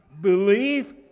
believe